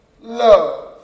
love